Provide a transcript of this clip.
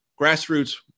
grassroots